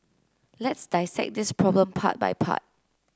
let's dissect this problem part by part